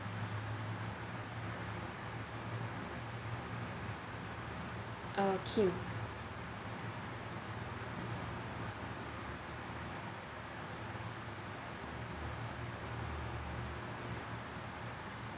uh kim